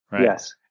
Yes